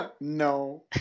No